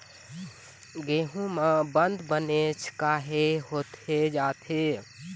गेहूं म बंद बनेच काहे होथे जाथे?